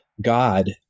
God